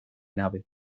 nave